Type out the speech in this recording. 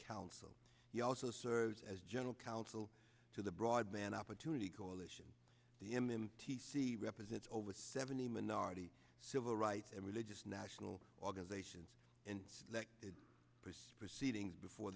council he also serves as general counsel to the broadband opportunity coalition the m t c represent over seventy minority civil rights and religious national organizations and elected press for seedings before